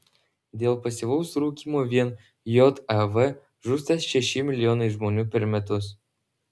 dėl pasyvaus rūkymo vien jav žūsta šeši milijonai žmonių per metus